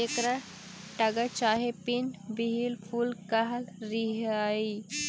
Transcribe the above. एकरा टगर चाहे पिन व्हील फूल कह हियई